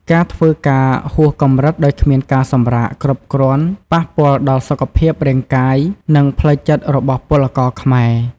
ការធ្វើការហួសកម្រិតដោយគ្មានការសម្រាកគ្រប់គ្រាន់ប៉ះពាល់ដល់សុខភាពរាងកាយ និងផ្លូវចិត្តរបស់ពលករខ្មែរ។